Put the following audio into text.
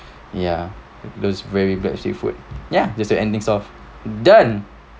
ya those very bad seafood ya there's the endings of done